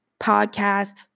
Podcast